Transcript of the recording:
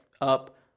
up